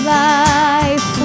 life